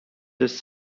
this